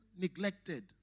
neglected